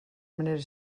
manera